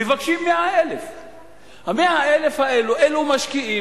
מבקשים 100,000. ה-100,000 האלה אלה משקיעים